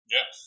Yes